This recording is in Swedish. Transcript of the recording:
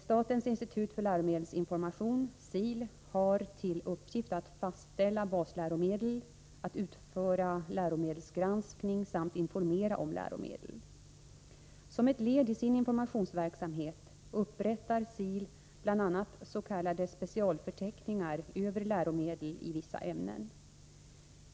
Statens institut för läromedelsinformation har till uppgift att fastställa basläromedel, att utföra läromedelsgranskning samt informera om läromedel. Som ett led i sin informationsverksamhet upprättar SIL bl.a. s.k. specialförteckningar över läromedel i vissa ämnen.